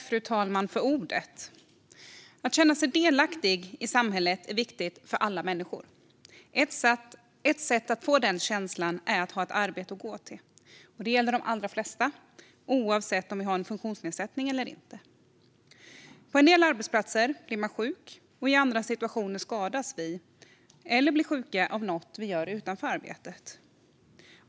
Fru talman! Att känna sig delaktig i samhället är viktigt för alla människor. Ett sätt att få den känslan är att ha ett arbete att gå till. Detta gäller de allra flesta, oavsett om vi har en funktionsnedsättning eller inte. På en del arbetsplatser blir man sjuk, och i andra situationer skadas vi eller blir sjuka av något vi gör utanför arbetet.